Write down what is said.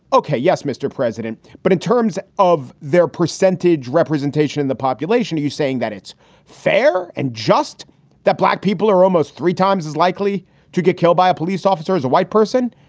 ok, yes, mr. president. but in terms of their percentage representation in the population, are you saying that it's fair and just that black people are almost three times as likely to get killed by a police officer as a white person?